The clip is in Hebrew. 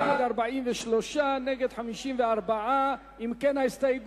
בעד, 56, נגד, 38. אם כן, סעיף